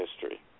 history